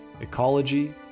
ecology